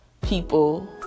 people